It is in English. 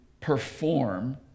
perform